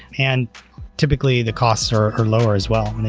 and typically the costs are are lower as well when they